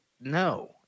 no